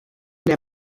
der